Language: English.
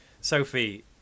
Sophie